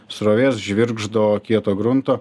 srovės žvirgždo kieto grunto